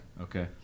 Okay